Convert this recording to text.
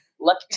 lucky